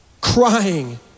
crying